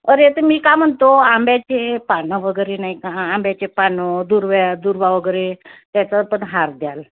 अरे ते मी का म्हणतो आंब्याचे पानं वगैरे नाही का आंब्याचे पानं दुर्वा दुर्वा वगैरे त्याचा पण हार द्याल